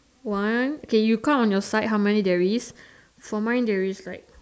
one okay you count on your side how many there is for mine there is like